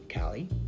Callie